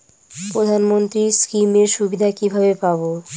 প্রধানমন্ত্রী স্কীম এর সুবিধা কিভাবে পাবো?